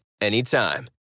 anytime